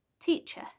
Teacher